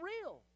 real